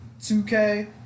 2K